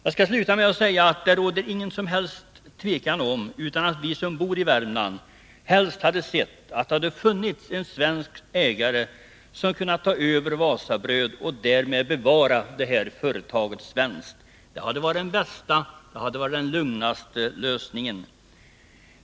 Jag skall sluta med att säga att det inte råder någon som helst tvekan om att vi som bor i Värmland helst hade sett att det hade funnits en svensk ägare som hade kunnat ta över Wasabröd och därmed bevara företaget svenskt. Det hade varit den bästa och lugnaste lösningen.